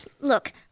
Look